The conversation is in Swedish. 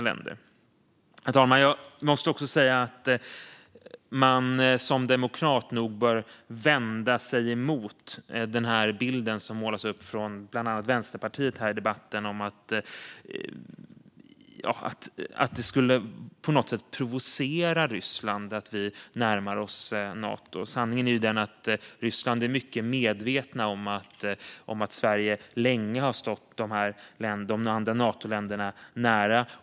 Herr talman! Jag måste också säga att man som demokrat bör vända sig mot den bild som målas upp av bland andra Vänsterpartiet i den här debatten, att det på något sätt skulle provocera Ryssland att vi närmar oss Nato. Sanningen är ju den att man i Ryssland är mycket medveten om att Sverige länge har stått de andra Natoländerna nära.